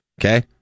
Okay